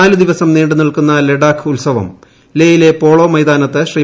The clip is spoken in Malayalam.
നാല് ദിവസം നീണ്ടു നിൽക്കുന്ന ലഡാക്ക് ഉത്സവം ലെയിലെ പോളോ മൈതാനത്ത് ശ്രീ